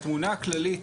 בתמונה הכללית,